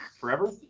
forever